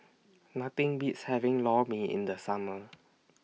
Nothing Beats having Lor Mee in The Summer